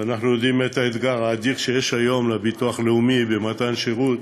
ואנחנו יודעים את האתגר האדיר שיש היום לביטוח הלאומי במתן שירות,